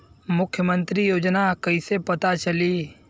मुख्यमंत्री योजना कइसे पता चली?